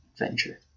adventure